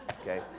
okay